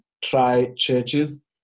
tri-churches